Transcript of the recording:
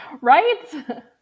Right